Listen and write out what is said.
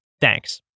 thanks